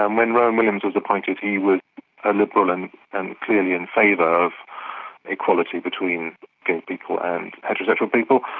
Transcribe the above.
um when rowan williams was appointed he was a liberal and and clearly in favour of equality between gay people and heterosexual people.